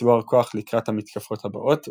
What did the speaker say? לצבור כוח לקראת המתקפות הבאות,